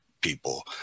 people